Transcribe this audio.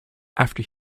after